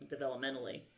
developmentally